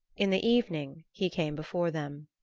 in the evening he came before them.